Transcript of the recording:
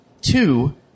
Two